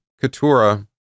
Keturah